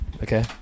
Okay